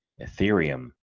Ethereum